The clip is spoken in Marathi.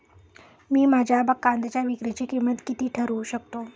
मी माझ्या कांद्यांच्या विक्रीची किंमत किती ठरवू शकतो?